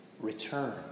return